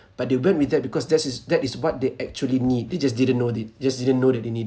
but they went with that because that's is that is what they actually need they just didn't know it they just didn't know that they need